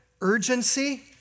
urgency